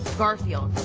garfield.